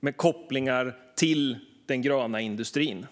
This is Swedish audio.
med kopplingar till den gröna industrin.